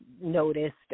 noticed